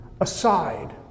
aside